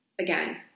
again